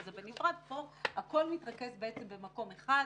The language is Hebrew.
פה הכול מתרכז בעצם במקום אחד,